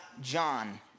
John